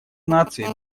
наций